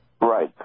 Right